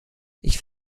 ich